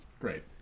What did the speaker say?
Great